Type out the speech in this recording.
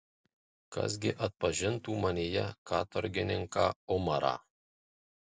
kas gi atpažintų manyje katorgininką umarą